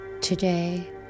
today